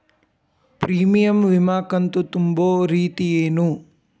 Premium ವಿಮಾ ಕಂತು ತುಂಬೋ ರೇತಿ ಏನು?